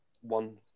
one